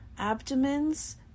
abdomens